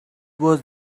was